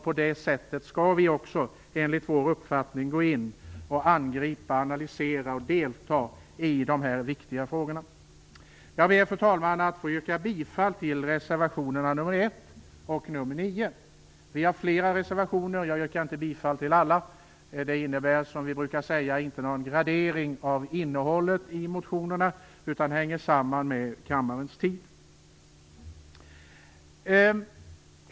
På det sättet skall vi också, menar vi, gå in och angripa, analysera och delta i de här viktiga frågorna. Jag ber, fru talman, att få yrka bifall till reservationerna nr 1 och 9. Vi har fler reservationer, men jag yrkar inte bifall till alla. Det innebär, som vi brukar säga, inte någon gradering av innehållet i reservationerna, utan det hänger samman med att vi vill spara tid åt kammaren.